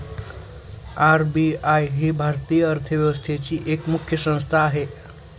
RBI ही भारतीय अर्थव्यवस्थेची एक मुख्य संस्था आहे